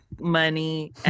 money